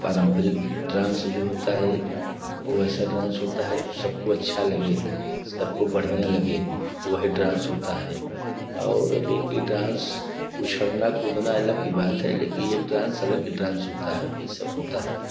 पारंपरिक डांस जो होता है वो ऐसा डांस होता है जो सबको अच्छा लगे सबको बढ़िया लगे वह डांस होता है और अभी एक डांस उछलना कूदना अलग की बात है लेकिन ये डांस अलग ही डांस होता है यही सब होता है